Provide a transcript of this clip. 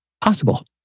possible